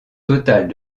total